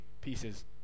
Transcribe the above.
pieces